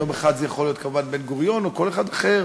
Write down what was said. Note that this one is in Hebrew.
יום אחד זה יכול להיות כמובן בן-גוריון או כל אחד אחר,